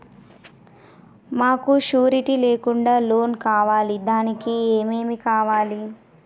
మాకు షూరిటీ లేకుండా లోన్ కావాలి దానికి ఏమేమి కావాలి?